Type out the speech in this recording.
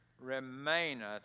remaineth